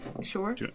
Sure